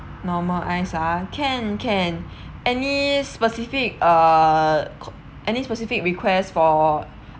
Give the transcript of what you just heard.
normal ice ah can can any specific err any specific requests for